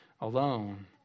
alone